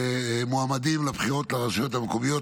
מועמדים לבחירות לרשויות המקומיות.